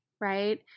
right